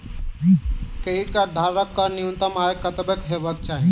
Credit card धारक कऽ न्यूनतम आय कत्तेक हेबाक चाहि?